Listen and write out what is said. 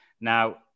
Now